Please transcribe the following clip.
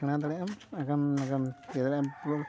ᱥᱮᱬᱟ ᱫᱟᱲᱮᱭᱟᱜ ᱟᱢ ᱟᱜᱟᱢᱼᱱᱟᱜᱟᱢ ᱤᱭᱟᱹ ᱫᱟᱲᱮᱭᱟᱜ ᱟᱢ ᱯᱩᱨᱟᱹ